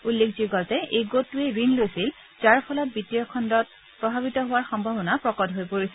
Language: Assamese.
উল্লেখযোগ্য যে এই গোটটোৱে ঋণ লৈছিল যাৰ ফলত বিত্তীয় খণ্ডত প্ৰভাৱিত হোৱা সম্ভাৱনা প্ৰকট হৈ পৰিছিল